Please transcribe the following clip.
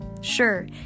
Sure